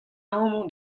amañ